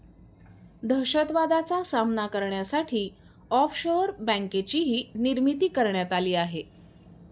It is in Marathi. दहशतवादाचा सामना करण्यासाठी ऑफशोअर बँकेचीही निर्मिती करण्यात आली आहे